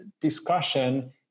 discussion